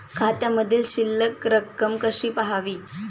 खात्यामधील शिल्लक रक्कम कशी पहावी?